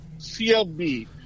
CLB